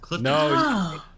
No